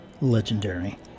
Legendary